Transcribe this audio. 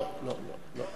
לא לא לא לא לא לא.